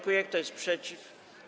Kto jest przeciw?